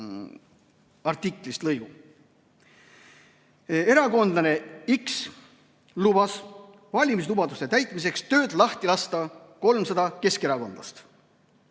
artiklist lõigu: erakondlane X lubas valimislubaduste täitmiseks töölt lahti lasta 300 keskerakondlast.